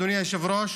אדוני היושב-ראש,